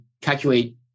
calculate